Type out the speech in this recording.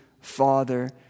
father